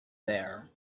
there